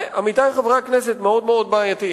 עמיתי חברי הכנסת, זה מאוד בעייתי.